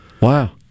Wow